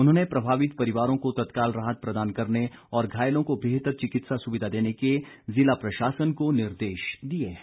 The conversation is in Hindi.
उन्होंने प्रभावित परिवारों को तत्काल राहत प्रदान करने और घायलों को बेहतर चिकित्सा सुविधा देने के जिला प्रशासन को निर्देश दिए हैं